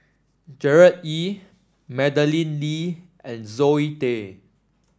Gerard Ee Madeleine Lee and Zoe Tay